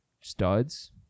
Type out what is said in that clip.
studs